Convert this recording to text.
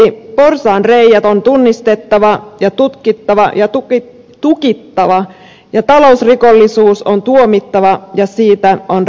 tämän vuoksi porsaanreiät on tunnistettava ja tukittava ja talousrikollisuus on tuomittava ja siitä on rangaistava